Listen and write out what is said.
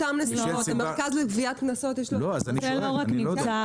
יש לנו נהלים.